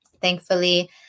thankfully